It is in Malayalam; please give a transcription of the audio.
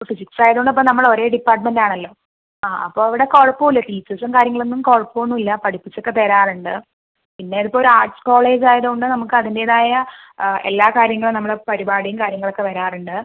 ഫിസിക്സ് ആയതുകൊണ്ട് ഇപ്പം നമ്മൾ ഒരേ ഡിപ്പാർട്ട്മെൻറ്റ് ആണല്ലോ ആ അപ്പം ഇവിടെ കുഴപ്പം ഇല്ല ടീച്ചേർസും കാര്യങ്ങളൊന്നും കുഴപ്പം ഒന്നും ഇല്ല പഠിപ്പിച്ച് ഒക്കെ തരാറുണ്ട് പിന്നെ ഇത് ഇപ്പോൾ ഒരു ആർട്ട്സ് കോളേജ് ആയത് കൊണ്ട് നമുക്ക് അതിൻ്റെതായ എല്ലാ കാര്യങ്ങളും നമ്മുടെ പരിപാടിയും കാര്യങ്ങളൊക്കെ വരാറുണ്ട്